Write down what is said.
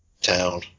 town